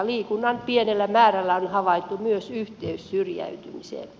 liikunnan pienellä määrällä on havaittu myös yhteys syrjäytymiseen